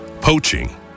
Poaching